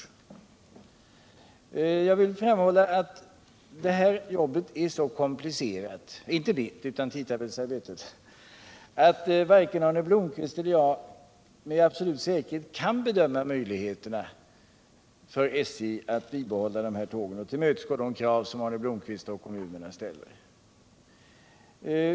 Jag vill framhålla att det här jobbet — inte mitt, utan tidstabellsarbetet — är så komplicerat att varken Arne Blomkvist eller jag med absolut säkerhet kan bedöma möjligheterna för SJ att bibehålla turerna och tillmötesgå de krav som Arne Blomkvist och kommunerna ställer.